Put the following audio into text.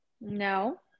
No